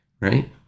Right